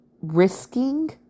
risking